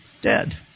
Dead